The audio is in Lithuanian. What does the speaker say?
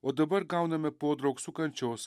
o dabar gauname podraug su kančios